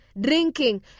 drinking